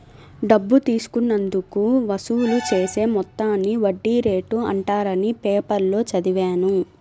డబ్బు తీసుకున్నందుకు వసూలు చేసే మొత్తాన్ని వడ్డీ రేటు అంటారని పేపర్లో చదివాను